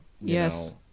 Yes